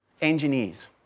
engineers